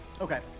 Okay